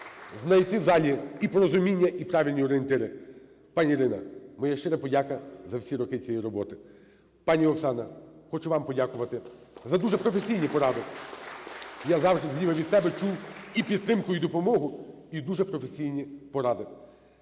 знайти в залі і порозуміння, і правильні орієнтири. Пані Ірино, моя щиро подяка за всі роки цієї роботи! Пані Оксано, хочу вам подякувати за дуже професійні поради. Я завжди зліва від себе чув і підтримку, і допомогу, і дуже професійні поради.